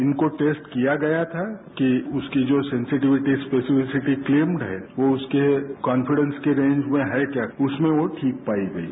इनको टेस्ट किया गया था कि जो उनकी सॅसिटीविटी स्पेसिविटी क्लेमड है यो उसके कॉफिडेंस की रेंज में है क्या उसमें यो ठीक पाए गए हैं